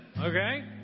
okay